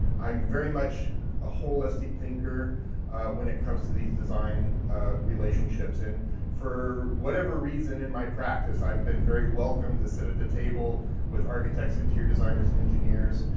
i'm very much a holistic thinker when it comes to these design relationships. and for whatever reason in my practice, i've been very welcome to sit at the table with architects, interior designers, and engineers.